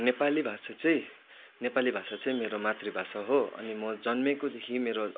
नेपाली भाषा चाहिँ नेपाली भाषा चाहिँ मेरो मातृभाषा हो अनि म जन्मिएकोदेखि मेरो